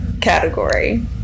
category